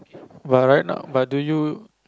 but right now but do you